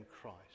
Christ